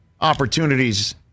opportunities